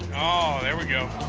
oh, there we go.